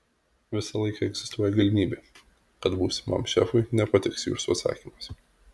visą laiką egzistuoja galimybė kad būsimam šefui nepatiks jūsų atsakymas